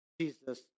Jesus